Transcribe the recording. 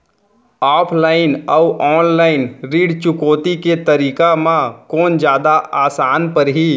Offline अऊ online ऋण चुकौती के तरीका म कोन जादा आसान परही?